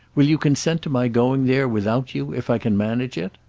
will you consent to my going there without you if i can manage it?